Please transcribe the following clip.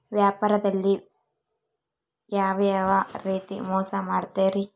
ವ್ಯಾಪಾರದಲ್ಲಿ ಯಾವ್ಯಾವ ರೇತಿ ಮೋಸ ಮಾಡ್ತಾರ್ರಿ?